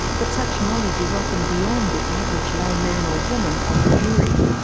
but such knowledge is often beyond the average layman or woman on the jury.